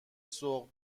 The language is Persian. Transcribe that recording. سوق